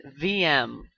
vm